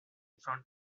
front